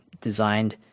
designed